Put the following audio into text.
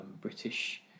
British